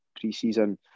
pre-season